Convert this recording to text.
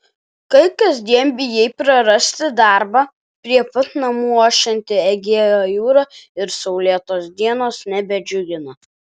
kai kasdien bijai prarasti darbą prie pat namų ošianti egėjo jūra ir saulėtos dienos nebedžiugina